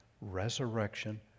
resurrection